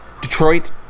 Detroit